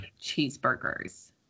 cheeseburgers